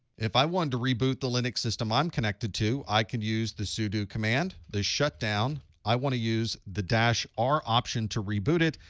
if i wanted to reboot the linux system i'm connected to, i can use the sudo command, the shutdown, i want to use the dash r option to reboot it,